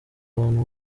abantu